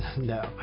no